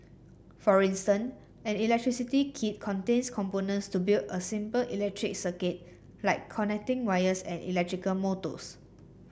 for instance an electricity kit contains components to build a simple electric circuit like connecting wires and electrical motors